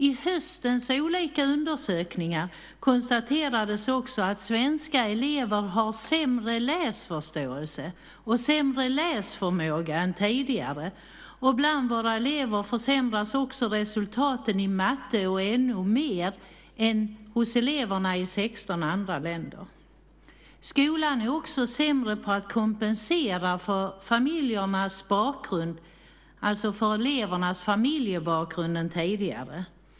I höstens olika undersökningar konstaterades att svenska elever har sämre läsförståelse och sämre läsförmåga än tidigare, och bland våra elever försämras också resultaten i matte och NO mer än bland eleverna i 16 andra länder. Skolan är även sämre på att kompensera för elevernas familjebakgrund än tidigare.